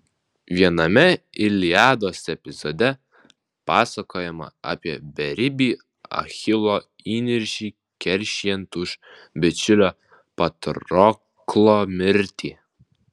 viename iliados epizode pasakojama apie beribį achilo įniršį keršijant už bičiulio patroklo mirtį